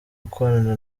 ukorana